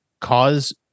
cause